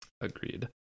Agreed